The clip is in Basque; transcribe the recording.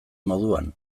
moduan